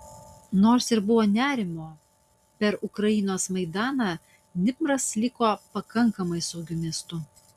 nors ir buvo nerimo per ukrainos maidaną dnipras liko pakankamai saugiu miestu